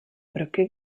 brücke